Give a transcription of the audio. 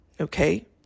Okay